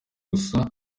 gusa